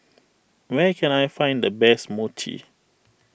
where can I find the best Mochi